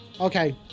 Okay